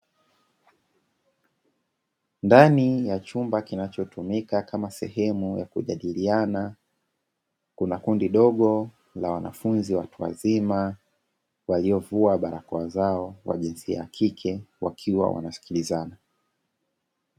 Ndani ya chumba kinachotumika kama sehemu ya kujadiliana, kuna kundi dogo la wanafunzi watu wazima waliovua barakoa zao wajinsia ya kike wakiwa wnasikilizana.